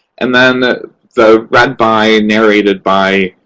and then the the read by, narrated by,